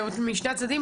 משני הצדדים,